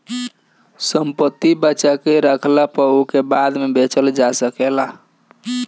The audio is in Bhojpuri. संपत्ति के बचा के रखला पअ ओके बाद में बेचल जा सकेला